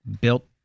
built